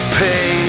pay